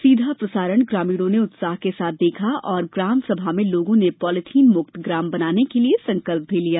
सीधा प्रसारण ग्रामीणों ने उत्साह के साथ देखा और ग्राम सभा में लोगों ने पॉलीथिन मुक्त ग्राम बनाने के लिए संकल्प लिया